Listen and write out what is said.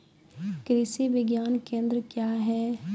कृषि विज्ञान केंद्र क्या हैं?